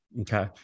Okay